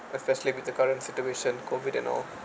especially with the current situation COVID and all